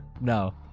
no